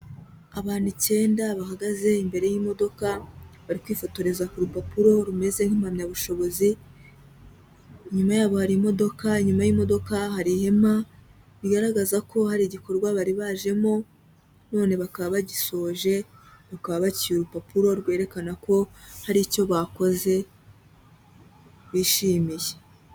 Abantu icyenda bahagaze imbere y'imodoka, bari kwifotoreza ku rupapuro rumeze nk'impamyabushobozi, inyuma yabo hari imodoka, inyuma y'imodoka hari ihema, bigaragaza ko hari igikorwa bari bajemo, none bakaba bagisoje, bakaba bacyuye urupapuro rwerekana ko hari icyo bakoze bishimiye.